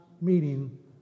meeting